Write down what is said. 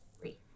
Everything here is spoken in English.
Three